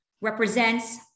represents